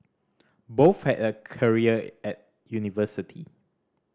both had a career at university